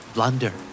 Blunder